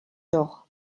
doch